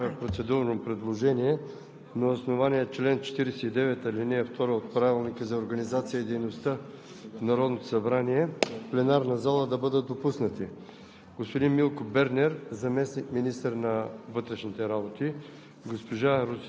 Благодаря, госпожо Председател. Уважаеми колеги народни представители, правя процедурно предложение на основание чл. 49, ал. 2 от Правилника за организацията и дейността на Народното събрание в пленарната зала да бъдат допуснати: